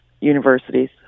universities